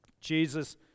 Jesus